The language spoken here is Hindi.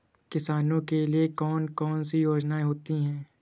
किसानों के लिए कौन कौन सी योजनायें होती हैं?